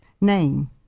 name